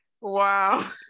Wow